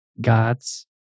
God's